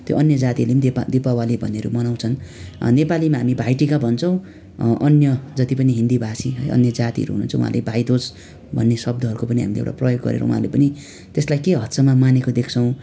त्यो अन्य जातिले पनि दिपा दिपावली भनेर मनाउँछन् नेपलीमा हामी भाइटिका भन्छौँ अन्य जति पनि हिन्दी भाषी अन्य जातिहरू हुनुहुन्छ उहाँहरूले भाइदुज भन्ने शब्दहरूको पनि हामीले एउटा प्रयोग गरेर उहाँहरूले पनि त्यसलाई केही हदसम्म मानेको देख्छौँ